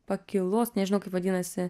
pakylos nežinau kaip vadinasi